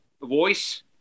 voice